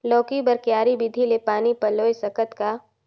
लौकी बर क्यारी विधि ले पानी पलोय सकत का?